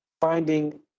finding